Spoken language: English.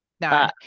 no